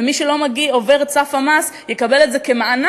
ומי שלא עובר את סף המס יקבל את זה כמענק.